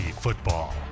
Football